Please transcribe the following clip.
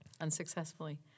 unsuccessfully